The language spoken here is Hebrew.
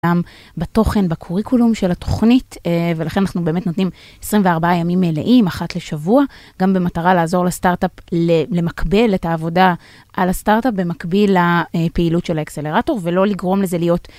בתוכן בקוריקולום של התוכנית ולכן אנחנו באמת נותנים 24 ימים מלאים אחת לשבוע גם במטרה לעזור לסטארט-אפ למקבל את העבודה על הסטארט-אפ במקביל לפעילות של האקסלרטור ולא לגרום לזה להיות.